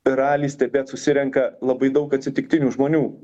ralį stebėt susirenka labai daug atsitiktinių žmonių